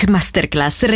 Masterclass